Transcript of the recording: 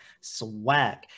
swag